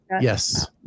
Yes